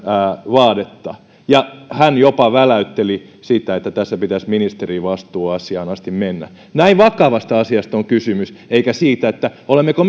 vaadetta ja hän jopa väläytteli sitä että tässä pitäisi ministerivastuuasiaan asti mennä näin vakavasta asiasta on kysymys eikä siitä olemmeko